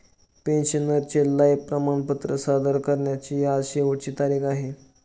पेन्शनरचे लाइफ प्रमाणपत्र सादर करण्याची आज शेवटची तारीख आहे